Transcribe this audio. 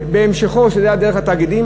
ובהמשך זה היה דרך התאגידים.